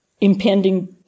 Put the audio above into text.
impending